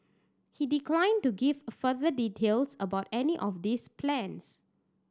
he declined to give a further details about any of these plans